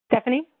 Stephanie